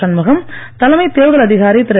சண்முகம் தலைமை தேர்தல் அதிகாரி திரு